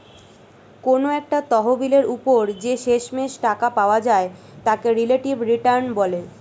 কোনো একটা তহবিলের উপর যে শেষমেষ টাকা পাওয়া যায় তাকে রিলেটিভ রিটার্ন বলে